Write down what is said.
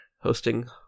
hosting